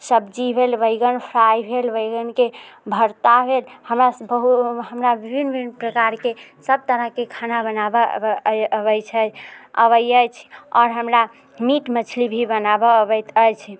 सब्जी भेल बैगन फ्राइ भेल बैगनके भर्ता भेल हमरा ब विभिन्न विभिन्न प्रकारके सब तरहके खाना बनाबऽ अबै छै अबै अछि आओर हमरा मीट मछली भी बनाबऽ अबैत अछि